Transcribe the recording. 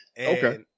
Okay